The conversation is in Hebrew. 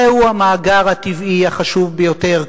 זהו המאגר הטבעי החשוב ביותר,